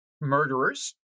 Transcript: murderers